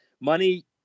Money